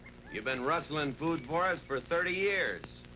you been rustling food for us for thirty years.